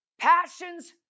passions